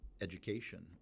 Education